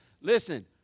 Listen